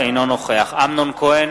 אינו נוכח אמנון כהן,